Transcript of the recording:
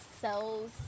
sells